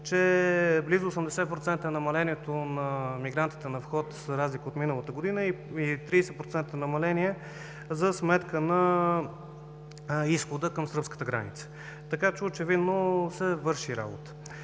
близо 80% е намалението на мигрантите на вход, за разлика от миналата година, и 30% е намаление за сметка на изхода към сръбската граница, така че очевидно се върши работа.